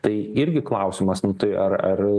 tai irgi klausimas nu tai ar ar